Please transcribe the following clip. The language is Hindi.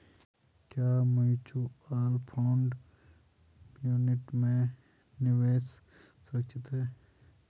क्या म्यूचुअल फंड यूनिट में निवेश सुरक्षित है?